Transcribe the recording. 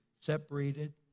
separated